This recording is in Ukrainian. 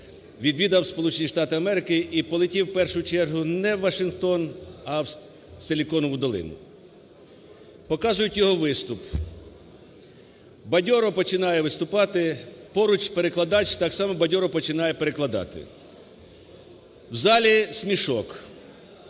відвідав Сполучені Штати Америки і полетів в першу чергу не в Вашингтон, а в Силіконову долину. Показують його виступ, бадьоро починає виступати, поруч перекладач так само бадьоро починає перекладати. В залі смішок.